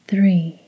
Three